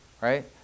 right